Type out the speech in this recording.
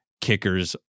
kickers